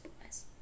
boys